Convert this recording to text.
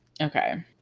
Okay